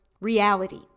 reality